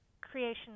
creation